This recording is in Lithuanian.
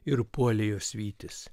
ir puolė juos vytis